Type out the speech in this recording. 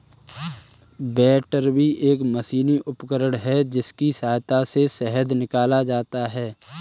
बैटरबी एक मशीनी उपकरण है जिसकी सहायता से शहद निकाला जाता है